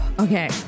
Okay